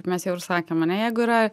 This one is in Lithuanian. mes jau ir sakėm ane jeigu yra